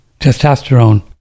testosterone